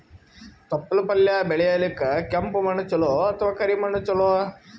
ತೊಪ್ಲಪಲ್ಯ ಬೆಳೆಯಲಿಕ ಕೆಂಪು ಮಣ್ಣು ಚಲೋ ಅಥವ ಕರಿ ಮಣ್ಣು ಚಲೋ?